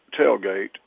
tailgate